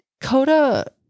Coda